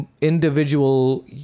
individual